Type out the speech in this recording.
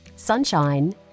sunshine